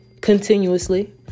continuously